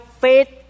faith